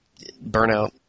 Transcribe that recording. Burnout